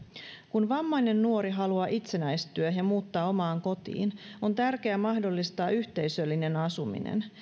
kun vammainen nuori haluaa itsenäistyä ja muuttaa omaan kotiin on tärkeää mahdollistaa yhteisöllinen asuminen